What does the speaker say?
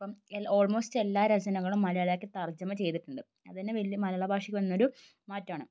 ഇപ്പം ഓൾമോസ്റ്റ് എല്ലാ രചനകളും മലയാളമാക്കി തർജ്ജമ ചെയ്തിട്ടുണ്ട് അത് തന്നെ വലിയ മലയാള ഭാഷയ്ക്ക് വന്ന ഒരു മാറ്റമാണ്